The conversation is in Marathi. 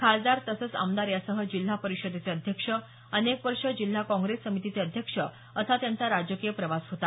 खासदार तसंच आमदार यासह जिल्हा परिषदेचे अध्यक्ष अनेक वर्षे जिल्हा काँग्रेस समितीचे अध्यक्ष असा त्यांचा राजकीय प्रवास होता